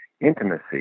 intimacy